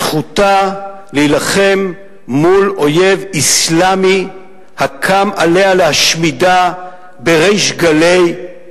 זכותה להילחם מול אויב אסלאמי הקם עליה להשמידה בריש גלי,